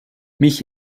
mich